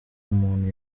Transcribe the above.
umuntu